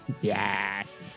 Yes